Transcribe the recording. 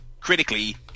critically